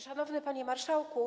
Szanowny Panie Marszałku!